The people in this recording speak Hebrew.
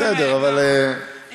בסדר, אבל, נו, באמת.